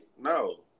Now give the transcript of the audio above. no